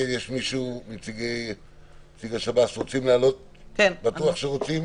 נציגת השב"ס, בטוחה שרוצה?